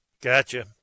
Gotcha